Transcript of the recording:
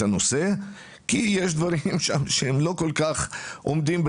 הנושא כי יש שם דברים שלא עומדים כל כך בציפיות.